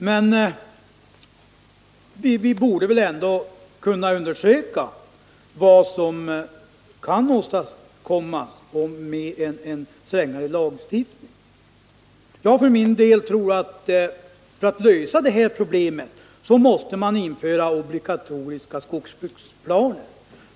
Men vi borde väl kunna undersöka vad som kan åstadkommas med en strängare lagstiftning. För min del tror jag att man för att lösa de här problemen måste införa obligatoriska skogsbruksplaner.